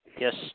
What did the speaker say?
Yes